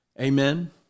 Amen